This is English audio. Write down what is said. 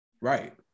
Right